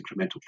incremental